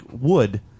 wood